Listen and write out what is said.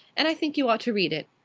and i think you ought to read it.